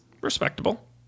respectable